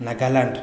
Nagaland